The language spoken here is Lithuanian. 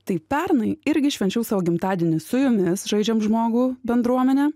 tai pernai irgi švenčiau savo gimtadienį su jumis žaidžiam žmogų bendruomenę